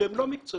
שהם לא מקצועיים.